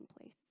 place